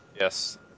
Yes